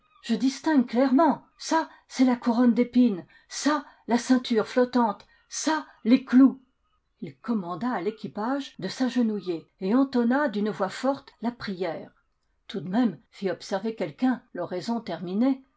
je distingue clairement ça c'est la cou ronne d'épines ça la ceinture flottante ça les clous ii commanda à l'équipage de s'agenouiller et entonna d'une voix forte la prière tout de même fit observer quelqu'un l'oraison ter